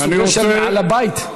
שיעשו גשר מעל הבית?